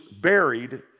buried